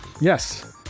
Yes